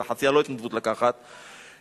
את חצי הלא-התנדבות לקחת,